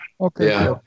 Okay